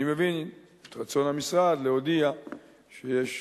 אני מבין את רצון המשרד להודיע שיש